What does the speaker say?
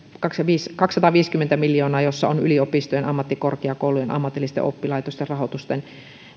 kaksisataaviisikymmentä miljoonaa jossa on yliopistojen ammattikorkeakoulujen ammatillisten oppilaitosten rahoituksen